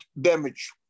damage